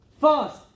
fast